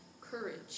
courage